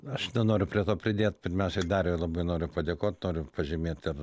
aš nenoriu prie to pridėt pirmiausiai dariui labai noriu padėkot noriu pažymėt ir